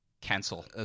cancel